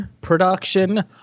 production